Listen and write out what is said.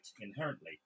inherently